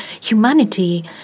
humanity